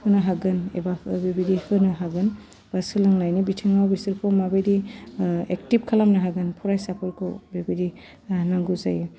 होनो हागोन एबा बेबायदि होनो हागोन बा सोलोंनायनि बिथिङाव बिसोरखौ माबायदि एक्टिब खालामनो हागोन फरायसाफोरखौ बेबायदि नांगौ जायो